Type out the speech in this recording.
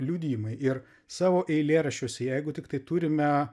liudijimai ir savo eilėraščiuose jeigu tiktai turime